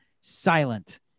silent